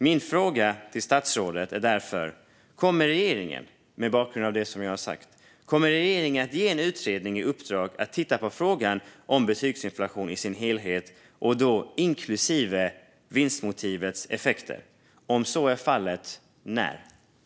Min fråga till statsrådet är därför: Kommer regeringen mot bakgrund av det som jag har sagt att ge en utredning i uppdrag att titta på frågan om betygsinflation i sin helhet, inklusive vinstmotivets effekter? Om så är fallet undrar jag när.